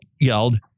yelled